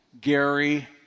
Gary